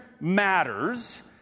matters